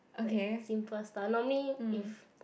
like simple stuff normally if